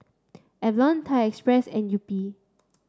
Avalon Thai Express and Yupi